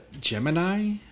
Gemini